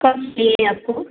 कब चाहिए आपको